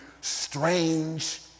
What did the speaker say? strange